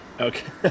okay